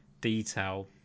detail